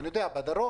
אני יודע שבדרום